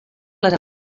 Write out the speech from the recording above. les